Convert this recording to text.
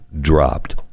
dropped